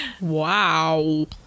Wow